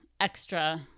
extra